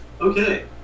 Okay